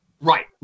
right